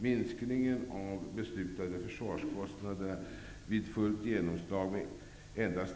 Minskningen av beslutade försvarskostnader, vid fullt genomslag rör det sig om endast